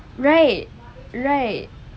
right right